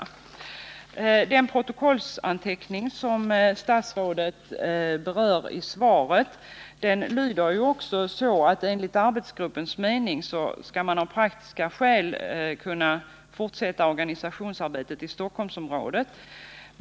I den protokollsanteckning som statsrådet berör i svaret sägs också att man enligt arbetsgruppens mening av praktiska skäl skall kunna fortsätta organisationsarbetet i Stockholmsområdet.